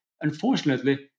unfortunately